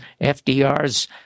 FDRs